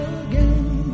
again